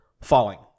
falling